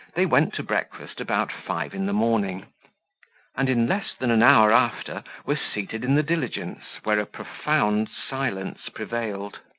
they went to breakfast about five in the morning and in less than an hour after were seated in the diligence, where a profound silence prevailed.